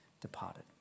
Departed